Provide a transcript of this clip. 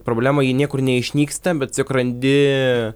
problema ji niekur neišnyksta bet tiesiog randi